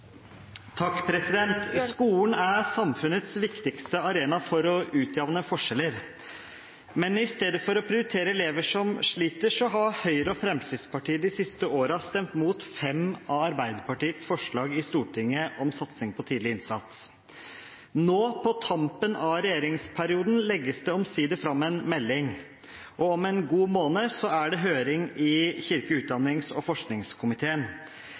er bortreist. «Skolen er samfunnets viktigste arena for å utjevne forskjeller. Men i stedet for å prioritere elever som sliter, har Høyre og Fremskrittspartiet de siste fire årene stemt mot fem av Arbeiderpartiets forslag i Stortinget om satsing på tidlig innsats. Nå på tampen av regjeringsperioden legges det omsider fram en melding. Om en god måned er det høring i kirke-, utdannings- og forskningskomiteen.